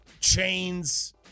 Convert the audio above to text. chains